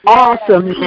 awesome